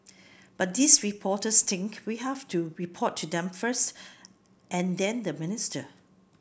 but these reporters think we have to report to them first and then the minister